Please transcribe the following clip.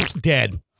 dead